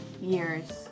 years